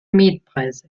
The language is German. mietpreise